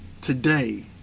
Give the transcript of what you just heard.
today